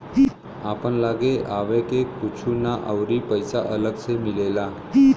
आपन लागे आवे के कुछु ना अउरी पइसा अलग से मिलेला